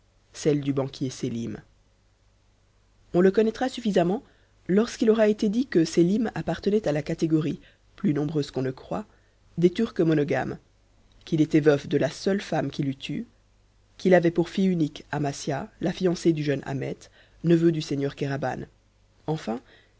celle du banquier sélim on le connaîtra